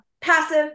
passive